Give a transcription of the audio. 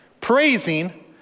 Praising